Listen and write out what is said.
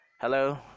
hello